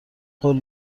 قول